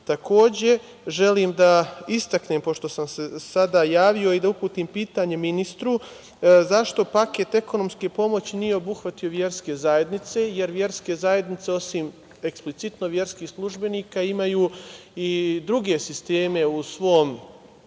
želim da istaknem, pošto sam se sada javio i da uputim ministru pitanje zašto paket ekonomske pomoći nije obuhvatio verske zajednice, jer verske zajednice osim eksplicitno, verskih službenika imaju i druge sisteme u svom